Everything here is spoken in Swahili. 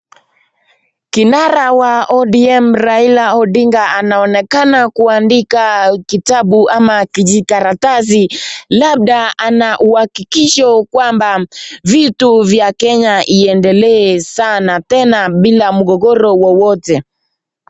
Kinara wa ODM Raila Odinga anaonekana kuandika kitabu ama kijikaratasi labda ana uakikisho kwamba vitu vya Kenya iendelee sana tena bila mgogoro wowote.